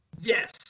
yes